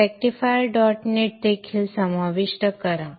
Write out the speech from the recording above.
rectifier dot net देखील समाविष्ट करा